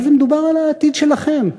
אבל מדובר על העתיד שלכם.